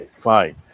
fine